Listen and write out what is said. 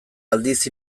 aldiz